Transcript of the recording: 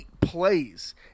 plays